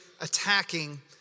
attacking